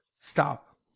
Stop